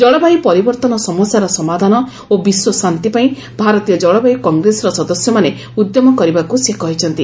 ଜଳବାୟ ପରିବର୍ଉନ ସମସ୍ୟାର ସମାଧାନ ଓ ବିଶ୍ୱଶାନ୍ତି ପାଇଁ ଭାରତୀୟ ଜଳବାୟ କଂଗ୍ରେସର ସଦସ୍ୟମାନେ ଉଦ୍ୟମ କରିବାକୁ ସେ କହିଛନ୍ତି